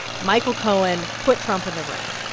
michael cohen put trump in the room.